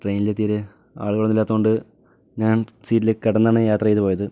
ട്രെയിനിൽ തീരെ ആളുകളില്ലാത്തതു കൊണ്ട് ഞാൻ സീറ്റിൽ കിടന്നാണ് യാത്ര ചെയ്തു പോയത്